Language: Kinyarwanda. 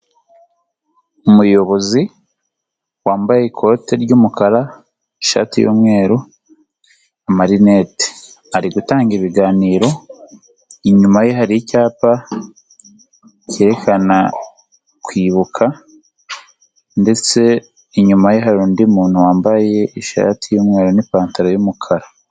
Umuyobozi wambaye ikote ry'umukara, ishati y'umweru, amarinete, ari gutanga ibiganiro, inyuma ye hari icyapa cyerekana kwibuka ndetse inyuma ye hari undi muntu wambaye ishati y'umweru n'ipantaro y'umukara.